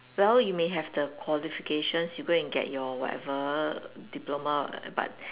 well you may have the qualifications you go and get your whatever diploma but